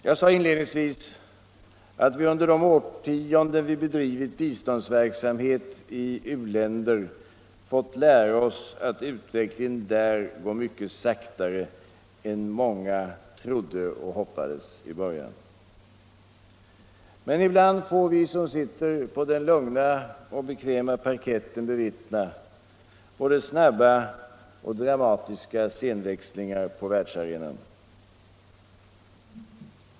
Jag sade inledningsvis att vi under de årtionden vi bedrivit biståndsverksamhet i u-länder fått lära oss att utvecklingen där går mycket långsammare än vad många trodde och hoppades i början. Men ibland får vi som sitter på den lugna och bekväma parketten bevittna både snabba och dramatiska scenväxlingar på världsarenan.